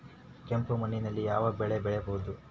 ಕೆಂಪು ಮಣ್ಣಿನಲ್ಲಿ ಯಾವ ಬೆಳೆ ಬೆಳೆಯಬಹುದು?